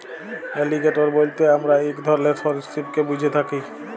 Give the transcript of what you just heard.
alligator বইলতে আমরা ইক ধরলের সরীসৃপকে ব্যুঝে থ্যাকি